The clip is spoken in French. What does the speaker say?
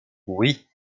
oui